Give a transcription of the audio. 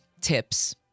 tips